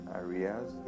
areas